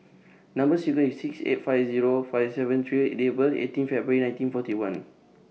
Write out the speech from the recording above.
Number sequence IS S six eight five five seven three K and Date of birth IS eighteen February nineteen forty one